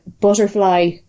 butterfly